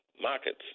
markets